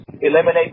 eliminate